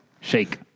Shake